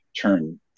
turn